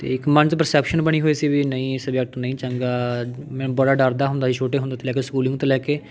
ਅਤੇ ਇੱਕ ਮਨ 'ਚ ਪਰਸੈਪਸ਼ਨ ਬਣੀ ਹੋਈ ਸੀ ਵੀ ਨਹੀਂ ਸਬਜੈਕਟ ਨਹੀਂ ਚੰਗਾ ਮੈਂ ਬੜਾ ਡਰਦਾ ਹੁੰਦਾ ਸੀ ਛੋਟੇ ਹੁੰਦੇ ਤੋਂ ਲੈ ਕੇ ਸਕੂਲਿੰਗ ਤੋਂ ਲੈ ਕੇ